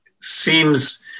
seems